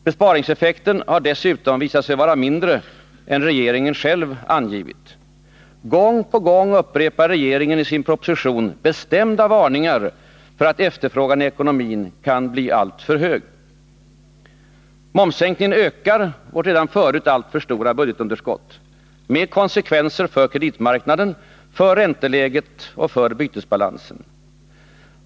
Besparingseffekten har dessutom visat sig vara långt mindre än regeringen själv angivit. Gång efter gång upprepar regeringen i sin proposition bestämda varningar för att efterfrågan i ekonomin kan bli alltför hög. Momssänkningen ökar vårt redan förut alltför stora budgetunderskott. Med konsekvenser för kreditmarknaden, för ränteläget och för bytesbalansen.